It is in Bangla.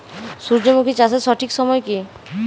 সূর্যমুখী চাষের সঠিক সময় কি?